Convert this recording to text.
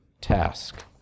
task